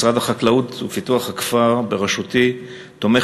משרד החקלאות ופיתוח הכפר בראשותי תומך